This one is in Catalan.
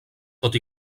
tot